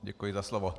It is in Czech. Děkuji za slovo.